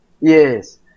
Yes